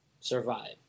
survive